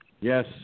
Yes